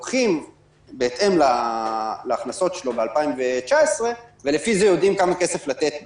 לוקחים בהתאם להכנסות שלו ב-2019 ולפי זה יודעים כמה כסף לתת לו.